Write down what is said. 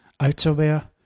outerwear